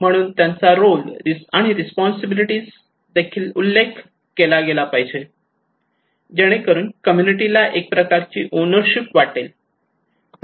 म्हणून त्यांच्या रोल आणि रिस्पॉन्सिबिलिटीचा देखील उल्लेख केला गेला पाहिजे जेणेकरून कम्युनिटी ला एक प्रकारची ओनरशिप वाटेल